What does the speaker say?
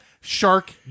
Shark